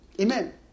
Amen